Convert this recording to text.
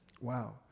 Wow